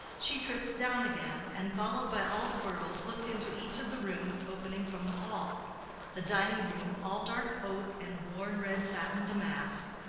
she tripped down again, and followed by all the girls looked into each of the rooms opening from the hall the dining-room all dark oak and worn red satin damask,